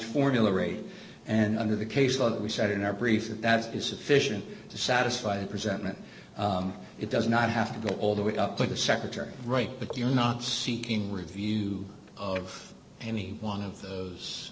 formula rate and under the case law that we said in our brief that that is sufficient to satisfy a resentment it does not have to go all the way up to the secretary right because you're not seeking review of any one of those